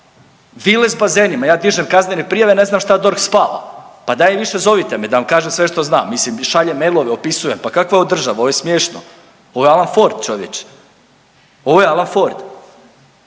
vile s bazenima, ja dižem kaznene prijave ne znam šta DORH spava, pa daj više zovite me da vam kažem sve što znam, mislim šaljem mailove, opisujem, pa kakva je ovo država, ovo je smiješno. Ovo je Alan Ford čovječe, ovo je Alan Ford.